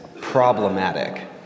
problematic